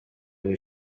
ubu